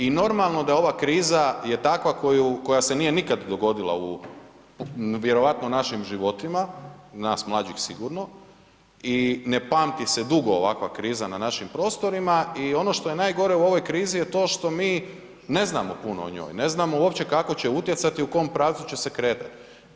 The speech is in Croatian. I normalno da je ova kriza je takva koja se nije nikad dogodila u vjerovatno našim životima, nas mlađih sigurno i ne pamti se dugo ovakva kriza na našim prostorima i ono što je najgore u ovoj krizi je to što mi ne znamo puno o njoj, ne znamo uopće kako će utjecati, u kom pravcu će se kretati.